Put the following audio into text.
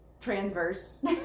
Transverse